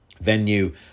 venue